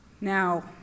Now